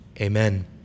amen